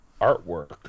artwork